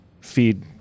feed